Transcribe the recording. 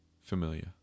familiar